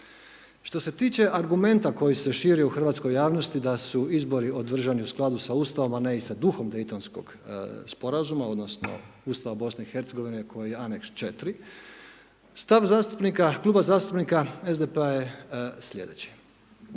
Što se tiče argumenta koji se širi u hrvatskoj javnosti da su izbori održani u skladu sa Ustavom, ali ne i s duhom Dejtonskog sporazuma odnosno Ustava BiH koji je Aneks 4. Stav zastupnika, kluba zastupnika SDP-a je slijedeći,